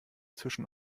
zwischen